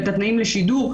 ואת התנאים לשידור,